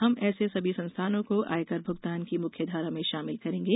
हम ऐसे सभी संस्थानों को आयकर भूगतान की मुख्य धारा में शामिल करेंगे